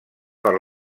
per